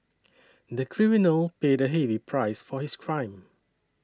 the criminal paid a heavy price for his crime